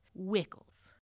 wickles